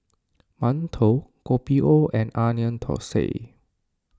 Mantou Kopi O and Onion Thosai